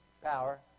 power